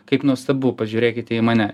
kaip nuostabu pažiūrėkite į mane